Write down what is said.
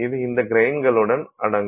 இது இந்த கிரைன்களுக்குள் அடங்கும்